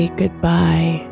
goodbye